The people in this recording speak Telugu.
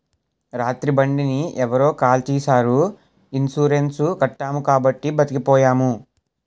రాత్రి బండిని ఎవరో కాల్చీసారు ఇన్సూరెన్సు కట్టాము కాబట్టి బతికిపోయాము